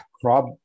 crop